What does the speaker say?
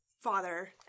Father